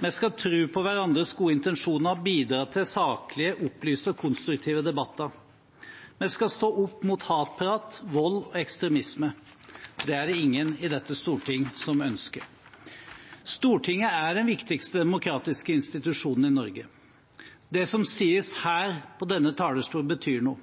Vi skal tro på hverandres gode intensjoner og bidra til saklige, opplyste og konstruktive debatter. Vi skal stå opp mot hatprat, vold og ekstremisme. Det er det ingen i dette storting som ønsker. Stortinget er den viktigste demokratiske institusjonen i Norge. Det som sies her, på denne talerstolen, betyr noe.